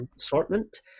assortment